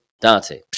Dante